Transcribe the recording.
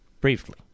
briefly